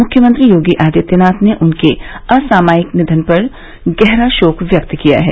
मुख्यमंत्री योगी आदित्यनाथ ने उनके असामयिक निधन पर गहरा शोक व्यक्त किया है